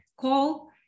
call